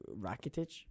Rakitic